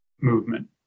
movement